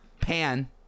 Pan